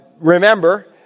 remember